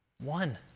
One